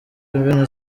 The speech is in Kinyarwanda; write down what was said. agana